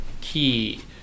key